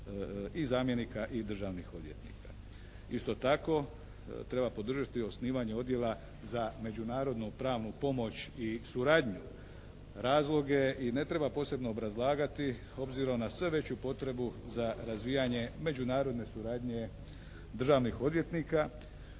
i zamjenika i državnih odvjetnika. Isto tako treba podržati osnivanje odjela za međunarodnu pravnu pomoć i suradnju. Razloge i ne treba posebno obrazlagati obzirom na sve veću potrebu za razvijanje međunarodne suradnje državnih odvjetnika,